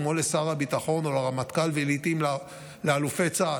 כמו לשר הביטחון או לרמטכ"ל ולעיתים לאלופי צה"ל,